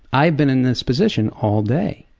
i have been in this position all day.